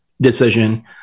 decision